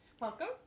Welcome